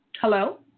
Hello